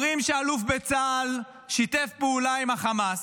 אומרים שאלוף בצה"ל שיתף פעולה עם החמאס.